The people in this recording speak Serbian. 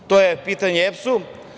To je pitanje EPS-u.